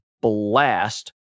blast